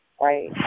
right